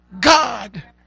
god